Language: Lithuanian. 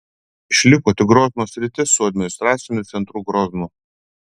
išliko tik grozno sritis su administraciniu centru groznu